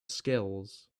skills